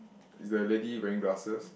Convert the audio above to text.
is the lady wearing glasses